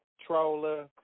Troller